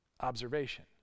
observation